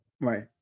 Right